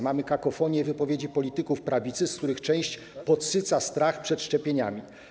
Mamy kakofonię wypowiedzi polityków prawicy, z których część podsyca strach przed szczepieniami.